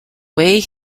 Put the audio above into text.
way